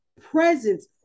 presence